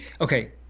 Okay